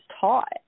taught